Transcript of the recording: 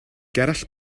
gerallt